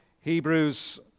Hebrews